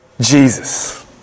Jesus